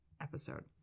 episode